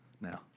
now